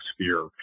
sphere